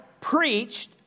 preached